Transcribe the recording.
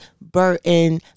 Burton